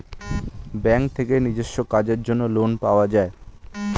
bank থেকে নিজস্ব কাজের জন্য লোন পাওয়া যায়